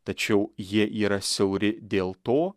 tačiau jie yra siauri dėl to